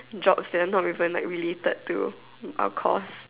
jobs that are not even like related to our course